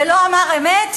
ולא אמר אמת,